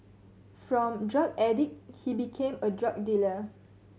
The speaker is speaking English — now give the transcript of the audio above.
from drug addict he became a drug dealer